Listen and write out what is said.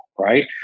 Right